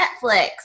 Netflix